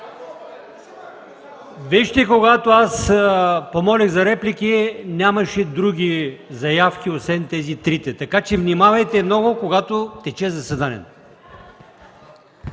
Вижте, когато аз помолих за реплики, нямаше други заявки, освен тези трите. Така че внимавайте много, когато тече заседанието.